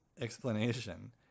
explanation